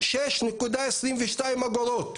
6.22 אגורות,